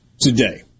today